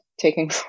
taking